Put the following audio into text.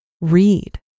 Read